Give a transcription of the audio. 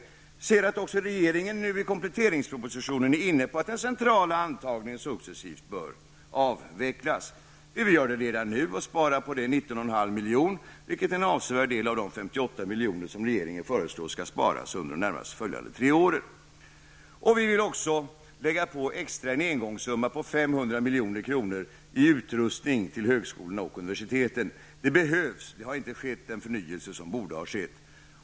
Jag ser att också regeringen nu i kompletteringspropositionen är inne på att den centrala antagningen successivt bör avvecklas. Vi vill göra det redan nu och sparar på det 19,5 miljoner, vilket är en avsevärd del av de 58 miljoner som regeringen skall spara under de närmast följande tre åren. Vi vill också lägga på extra en engångssumma på 500 milj.kr. till utrustning vid högskolorna och universiteten. Det behövs. Det har inte skett den förnyelse som borde ha skett.